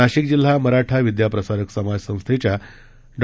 नाशिक जिल्हा मराठा विद्या प्रसारक समाज संस्थेच्या डॉ